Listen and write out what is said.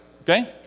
okay